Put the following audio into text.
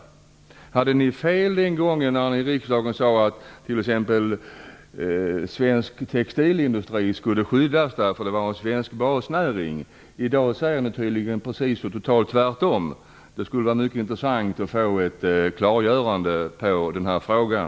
Hade ni fel när ni i riksdagen sade att svensk textilindustri skall skyddas eftersom det är en svensk basnäring? I dag säger ni tydligen precis tvärtom. Det skulle vara intressant att få ett klargörande i den frågan.